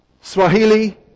Swahili